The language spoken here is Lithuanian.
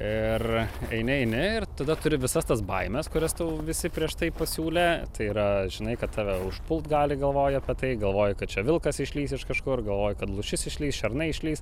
ir eini eini ir tada turi visas tas baimes kurias tau visi prieš tai pasiūlė tai yra žinai kad tave užpult gali galvoji apie tai galvoji kad čia vilkas išlįs iš kažkur galvoji kad lūšis išlįs šernai išlįs